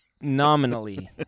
Nominally